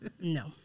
No